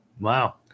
Wow